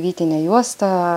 vytinė juosta